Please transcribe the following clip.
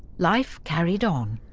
life carried on.